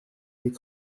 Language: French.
vais